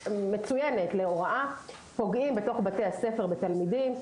מצוינת להוראה פוגעים בתוך בתי הספר בתלמידים.